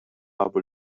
قبول